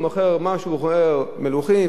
הוא מוכר משהו: מלוחים,